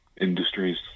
industries